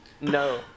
no